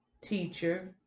teacher